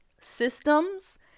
systems